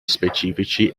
specifici